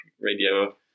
radio